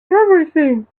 everything